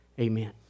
Amen